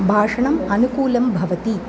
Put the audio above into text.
भाषणम् अनुकूलं भवति